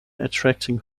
attracting